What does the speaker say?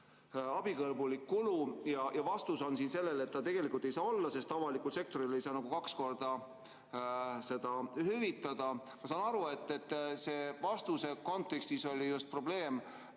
abikõlbulik kulu. Vastus sellele on, et ta tegelikult ei saa olla, sest avalikule sektorile ei saa nagu kaks korda seda hüvitada. Ma saan aru, et vastuse kontekstis oli probleem